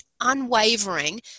unwavering